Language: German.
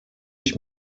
ich